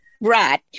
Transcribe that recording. Right